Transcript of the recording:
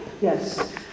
Yes